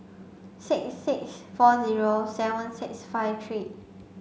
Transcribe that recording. six six four zero seven six five three